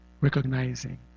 recognizing